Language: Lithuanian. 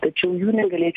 tačiau jų negalėčiau